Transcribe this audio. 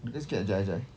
you just get jap eh jap eh